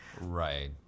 Right